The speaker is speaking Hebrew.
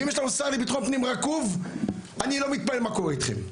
ואם יש לנו שר לביטחון פנים רקוב אני לא מתפלא מה קורה איתכם.